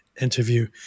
interview